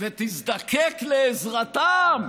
תזדקק לעזרתם,